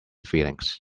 feelings